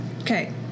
Okay